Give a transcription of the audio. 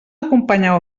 acompanyar